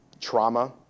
trauma